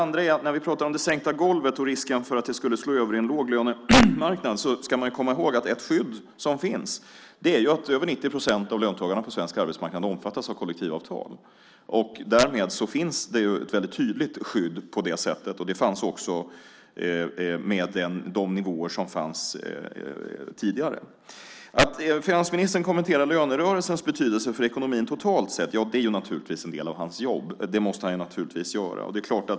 När vi pratar om det sänkta golvet och risken för att det skulle slå över i en låglönemarknad ska vi komma ihåg att ett skydd som finns är att över 90 procent av löntagarna på svensk arbetsmarknad omfattas av kollektivavtal. Därmed finns det ett tydligt skydd. Det fanns också med de nivåer vi hade tidigare. Att finansministern kommenterar lönerörelsens betydelse för ekonomin totalt sett är en del av hans jobb. Det måste han naturligtvis göra.